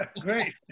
Great